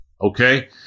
okay